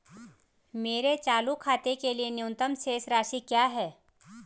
मेरे चालू खाते के लिए न्यूनतम शेष राशि क्या है?